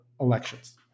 elections